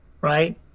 right